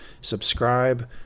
subscribe